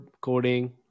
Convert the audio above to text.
coding